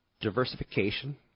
diversification